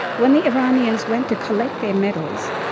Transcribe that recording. when the iranians went to collect their medals,